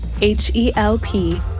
H-E-L-P